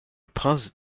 prince